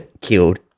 killed